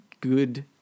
good